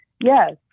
yes